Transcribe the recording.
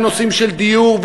עם נושאים של דיור,